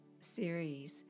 series